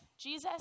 Jesus